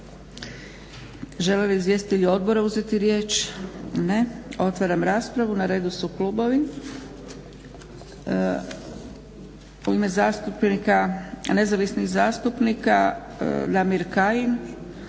Žele li izvjestitelji odbora uzeti riječ? Ne. Otvaram raspravu. Na redu su klubovi. U ime Nezavisnih zastupnika Damir Kajin.